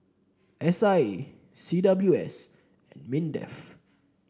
S I A C W S and Mindef